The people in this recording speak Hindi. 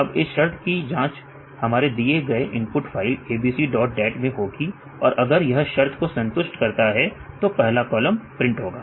अब इस शर्त की जांच हमारे दिए गए input file abc dot dat में होगी और अगर यह शर्त को संतुष्ट करता है तो पहला कॉलम प्रिंट होगा